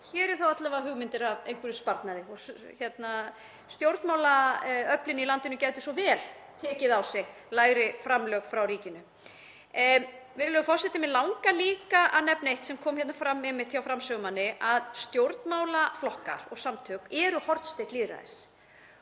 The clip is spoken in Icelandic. Hér er þá alla vega hugmynd að einhverjum sparnaði og stjórnmálaöflin í landinu gætu svo vel tekið það á sig að fá lægri framlög frá ríkinu. Virðulegur forseti. Mig langar líka að nefna eitt sem kom hérna fram hjá framsögumanni, að stjórnmálaflokkar og -samtök eru hornsteinn lýðræðis